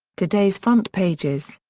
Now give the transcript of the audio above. today's front pages.